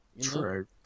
True